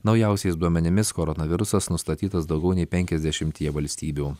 naujausiais duomenimis koronavirusas nustatytas daugiau nei penkiasdešimtyje valstybių